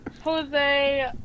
Jose